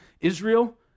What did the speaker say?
Israel